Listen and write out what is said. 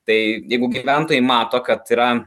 tai jeigu gyventojai mato kad yra